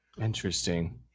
Interesting